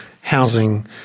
housing